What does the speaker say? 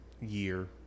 year